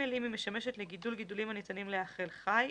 אם היא משמשת לגידול גידולים הניתנים להיאכל חי.